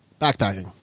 backpacking